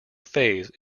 phase